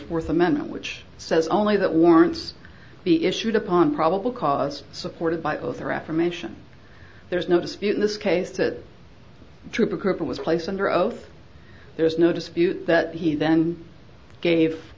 fourth amendment which says only that warrants be issued upon probable cause supported by oath or affirmation there is no dispute in this case that trooper cooper was placed under oath there's no dispute that he then gave